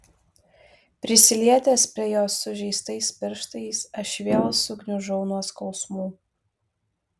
prisilietęs prie jos sužeistais pirštais aš vėl sugniužau nuo skausmų